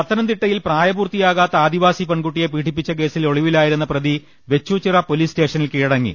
പത്തനംതിട്ടയിൽ പ്രായപൂർത്തിയാകാത്ത ആദിവാസി പെൺകു ട്ടിയെ പീഡിപ്പിച്ച കേസിൽ ഒളിവിലായിരുന്ന പ്രതി വെച്ചൂച്ചിറ പൊലിസ് സ്റ്റേഷനിൽ കീഴടങ്ങി